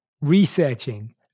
researching